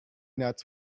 nuts